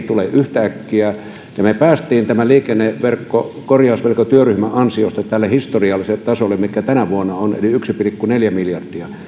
tule yhtäkkiä me pääsimme liikenneverkkokorjausvelkatyöryhmän ansiosta tälle historialliselle tasolle mikä tänä vuonna on eli yhteen pilkku neljään miljardiin